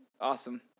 awesome